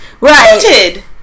Right